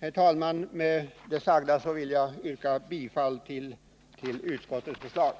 Herr talman! Med det sagda vill jag yrka bifall till utskottets hemställan.